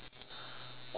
why depends